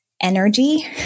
energy